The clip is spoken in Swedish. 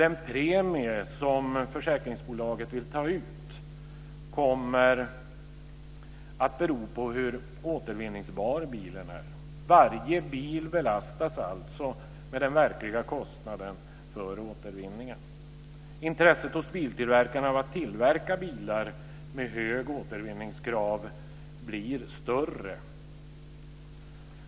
Den premie som försäkringsbolaget tar ut kommer att bero på hur återvinningsbar bilen är. Varje bil belastas alltså med den verkliga kostnaden för återvinningen. Intresset hos biltillverkarna av att tillverka bilar med hög återvinningsgrad blir större.